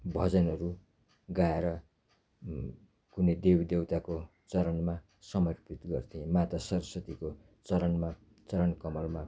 भजनहरू गाएर कुनै देवीदेउताको चरणमा समर्पित गर्थेँ माता सरस्वतीको चरणमा चरणकमलमा